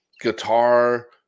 guitar